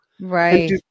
Right